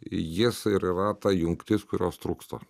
jis ir yra ta jungtis kurios trūksta